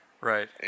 Right